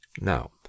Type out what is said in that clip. Now